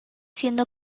siendo